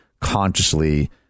consciously